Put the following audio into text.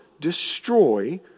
destroy